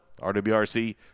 rwrc